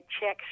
checks